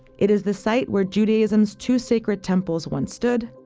it is the site where judaism's two sacred temples once stood.